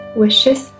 wishes